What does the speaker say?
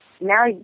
now